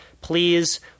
Please